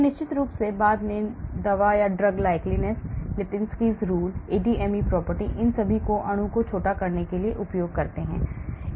फिर निश्चित रूप से बाद में मैं दवा drug likeness Lipinski's rule ADME property इन सभी को अणु को छोटा करने के लिए उपयोग करता हूं